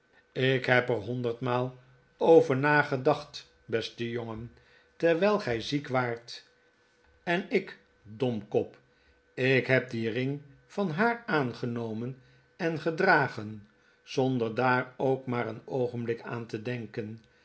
ik heb er honderdmaal over nagedacht beste jongen terwijl gij ziek waart en ik domkop ik heb dien ring van haar aangenomen en gedragen zonder daar ook maar een oogenblik aan te denken